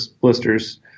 blisters